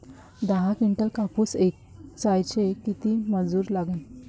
दहा किंटल कापूस ऐचायले किती मजूरी लागन?